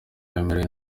bemerewe